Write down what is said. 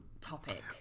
topic